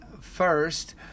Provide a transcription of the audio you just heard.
First